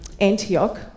Antioch